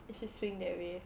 it should swing that way